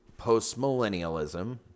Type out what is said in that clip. postmillennialism